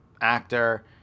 actor